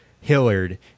Hillard